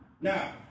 Now